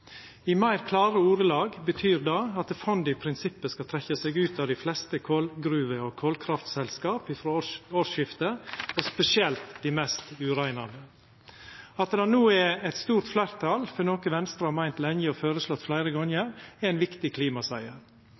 I meir klare ordelag betyr det at fondet i prinsippet skal trekkja seg ut av dei fleste kolgruver og kolkraftselskap frå årsskiftet, og spesielt dei mest ureinande. At det no er eit stort fleirtal for noko Venstre har meint lenge, og føreslått fleire gonger, er ein viktig